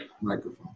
microphone